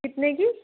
कितने की